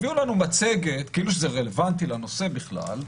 הביאו לנו מצגת, כאילו שזה רלוונטי לנושא בכלל,